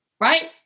right